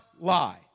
lie